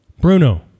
Bruno